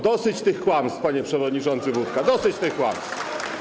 Dosyć tych kłamstw, panie przewodniczący Budka, dosyć tych kłamstw.